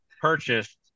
purchased